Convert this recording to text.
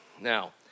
Now